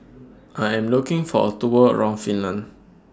I Am looking For A Tour around Finland